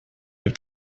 have